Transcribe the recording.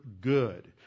good